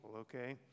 okay